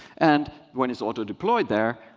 and when it's auto-deployed there,